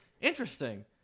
interesting